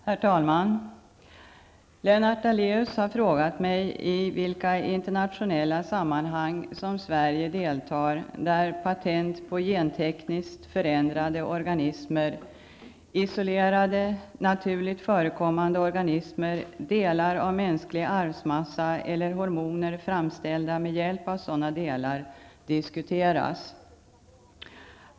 Herr talman! Lennart Daléus har frågat mig i vilka internationella sammanhang som Sverige deltar där patent på gentekniskt förändrade organismer, isolerade, naturligt förekommande organismer, delar av mänsklig arvsmassa eller hormoner framställda med hjälp av sådana delar diskuteras.